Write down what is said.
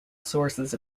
sources